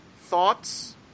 thoughts